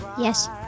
Yes